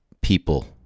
people